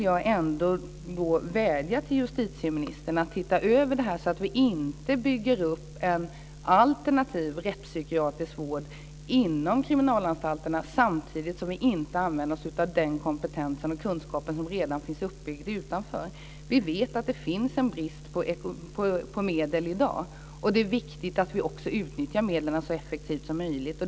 Jag vill vädja till justitieministern att titta över det här, så att vi inte bygger upp en alternativ rättspsykiatrisk vård inom kriminalanstalterna samtidigt som vi inte använder oss av den kompetens och kunskap som redan finns uppbyggd utanför. Vi vet att det finns en brist på medel i dag. Det är viktigt att vi också utnyttjar medlen så effektivt som möjligt.